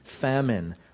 famine